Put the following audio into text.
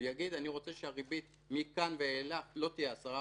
הוא יגיד: אני רוצה שהריבית מכאן ואילך לא תהיה 10%,